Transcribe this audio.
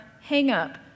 hang-up